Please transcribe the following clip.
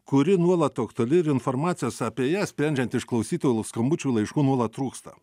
kuri nuolat aktuali ir informacijos apie ją sprendžiant iš klausytojų skambučių laiškų nuolat trūksta